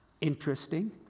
interesting